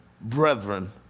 brethren